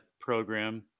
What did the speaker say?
program